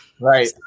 Right